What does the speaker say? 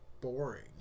boring